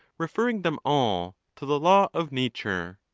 referring them all to the law of nature.